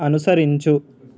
అనుసరించు